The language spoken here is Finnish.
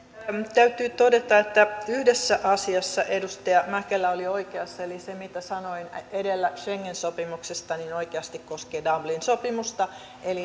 täytyy todeta että yhdessä asiassa edustaja mäkelä oli oikeassa eli se mitä sanoin edellä schengen sopimuksesta oikeasti koskee dublin sopimusta